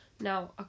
Now